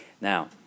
Now